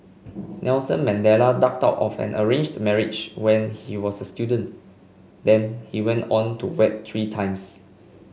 Nelson Mandela ducked out of an arranged marriage when he was a student then he went on to wed three times